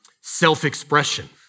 self-expression